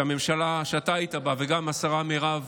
הממשלה שאתה היית בה וגם השרה מירב